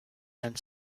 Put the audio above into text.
and